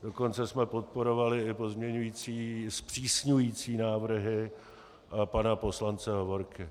Dokonce jsme podporovali i pozměňující zpřísňující návrhy pana poslance Hovorky.